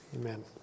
Amen